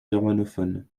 germanophone